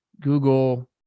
Google